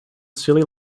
silly